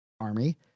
army